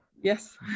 Yes